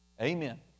amen